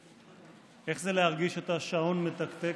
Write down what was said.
איך זה להרגיש את השעון מתקתק?